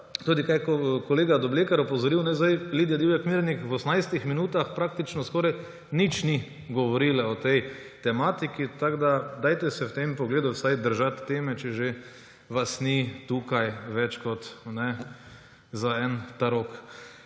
Tudi, kar je kolega Doblekar opozoril, Lidija Divjak Mirnik v 18. minutah praktično skoraj nič ni govorila o tej tematiki. Tako da se dajte v tem pogledu vsaj držati teme, če vas že ni tukaj več kot za en tarok.